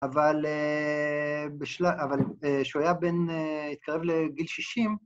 ‫אבל כשהוא היה בן... ‫התקרב לגיל 60...